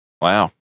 Wow